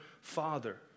father